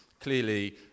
Clearly